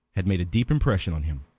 had made a deep impression on him.